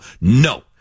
No